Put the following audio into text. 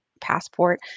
passport